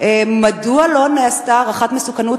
מדוע לא נעשתה הערכת מסוכנות,